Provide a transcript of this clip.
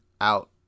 out